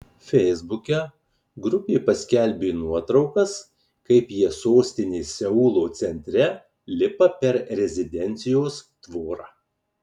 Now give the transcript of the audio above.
feisbuke grupė paskelbė nuotraukas kaip jie sostinės seulo centre lipa per rezidencijos tvorą